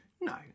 No